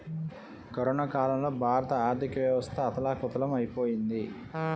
corona కాలంలో భారత ఆర్థికవ్యవస్థ అథాలకుతలం ఐపోయింది